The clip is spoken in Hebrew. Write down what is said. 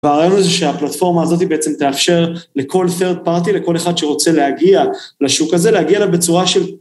והרעיון הזה שהפלטפורמה הזאת היא בעצם תאפשר לכל third party, לכל אחד שרוצה להגיע לשוק הזה, להגיע אליו בצורה של...